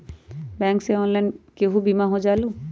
Bank से online केहु बिमा हो जाईलु?